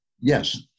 Yes